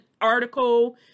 article